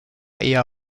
eher